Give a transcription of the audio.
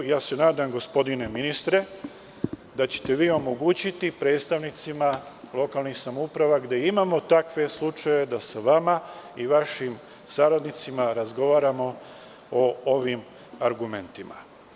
Nadam se gospodine ministre da ćete omogućiti predstavnicima lokalnih samouprava gde imamo takve slučajeve da sa vama i vašim saradnicima razgovaraju o ovim argumentima.